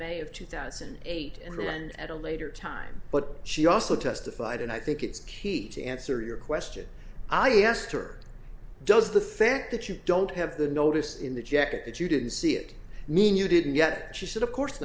may of two thousand and eight and then at a later time but she also testified and i think it's key to answer your question i asked her does the fact that you don't have the notice in the jacket that you didn't see it mean you didn't yep she said of course